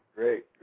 Great